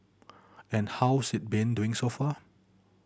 and how's it been doing so far